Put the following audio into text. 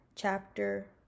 Chapter